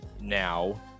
now